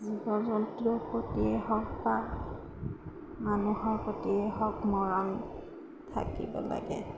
জীৱ জন্তুৰ প্ৰতিয়ে হওক বা মানুহৰ প্ৰতিয়ে হওক মৰম থাকিব লাগে